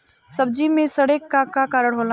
सब्जी में सड़े के का कारण होला?